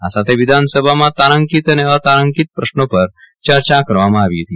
આ સાથે વિધાનસભામાં તારાંકિત અને અતારાંકિત પશ્નો પર ચર્ચા કરવમાં આવી હતી